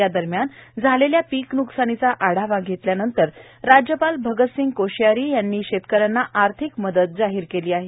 या दरम्यान झालेल्या पिक न्कसानिचा आढावा घेतल्यानंतर राज्यपाल भगतसिंग कोश्यारी यांनी शेतकऱ्यांना आर्थिक मदत जाहिर केली आहे